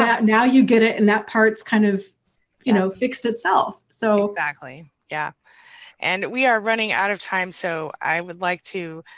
now you get it and that part's kind of you know, fixed itself. so. exactly, yeah and we are running out of time, so i would like to.